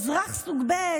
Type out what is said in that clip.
"אזרח סוג ב'",